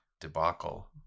debacle